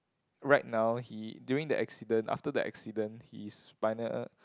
right now he during the accident after the accident his spinal